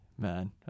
Man